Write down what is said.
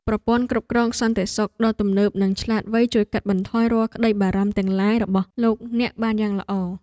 ប្រព័ន្ធគ្រប់គ្រងសន្តិសុខដ៏ទំនើបនិងឆ្លាតវៃជួយកាត់បន្ថយរាល់ក្តីបារម្ភទាំងឡាយរបស់លោកអ្នកបានយ៉ាងល្អ។